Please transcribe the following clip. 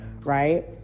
right